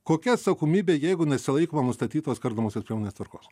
kokia atsakomybė jeigu nesilaikoma nustatytos kardomosios priemonės tvarkos